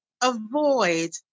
avoid